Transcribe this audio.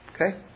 Okay